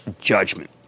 judgment